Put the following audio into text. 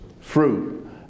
fruit